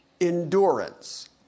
endurance